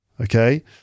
Okay